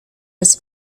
was